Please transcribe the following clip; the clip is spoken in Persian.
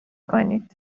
کنید